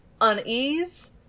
unease